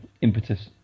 impetus